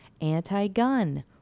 anti-gun